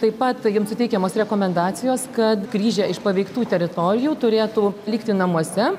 taip pat jiems suteikiamos rekomendacijos kad grįžę iš paveiktų teritorijų turėtų likti namuose